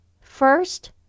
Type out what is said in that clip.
first